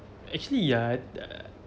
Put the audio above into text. actually yeah